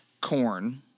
Corn